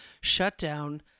shutdown